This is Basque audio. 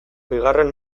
bigarren